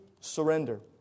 surrender